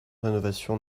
rénovation